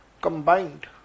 combined